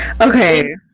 okay